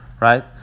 Right